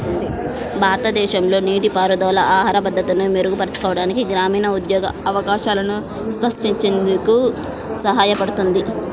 భారతదేశంలో నీటిపారుదల ఆహార భద్రతను మెరుగుపరచడానికి, గ్రామీణ ఉద్యోగ అవకాశాలను సృష్టించేందుకు సహాయపడుతుంది